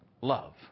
love